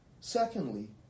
secondly